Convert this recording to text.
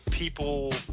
People